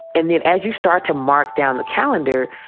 and then as you start to mark down the calendar,